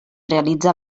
realitza